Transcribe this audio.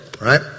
right